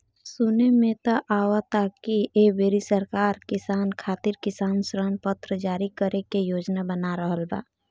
सुने में त आवता की ऐ बेरी सरकार किसान खातिर किसान ऋण पत्र जारी करे के योजना बना रहल बा